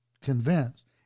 convinced